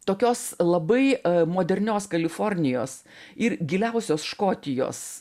tokios labai modernios kalifornijos ir giliausios škotijos